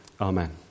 Amen